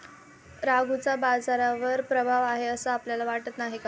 रघूचा बाजारावर प्रभाव आहे असं आपल्याला वाटत नाही का?